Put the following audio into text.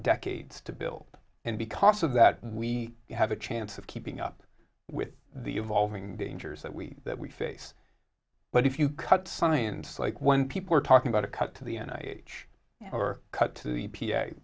decades to build and because of that we have a chance of keeping up with the evolving dangers that we that we face but if you cut science like when people are talking about a cut to the end i or cut to the p